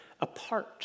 apart